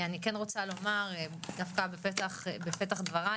אני רוצה לומר בפתח דבריי,